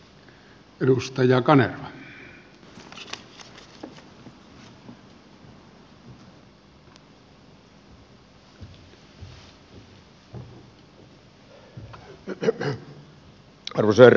arvoisa herra puhemies